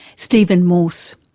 stephen morse.